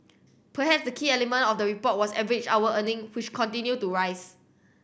perhaps the key element of the report was average hour earning which continued to rise